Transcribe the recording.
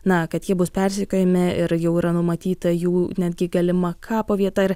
na kad jie bus persekiojami ir jau yra numatyta jų netgi galima kapo vieta ir